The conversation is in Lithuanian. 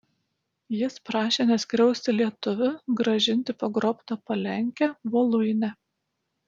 jis prašė neskriausti lietuvių grąžinti pagrobtą palenkę voluinę